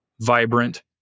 vibrant